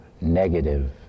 negative